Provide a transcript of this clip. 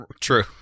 True